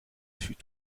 fut